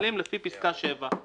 המגדלים לפי פסקה (7);"